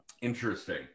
Interesting